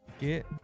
Get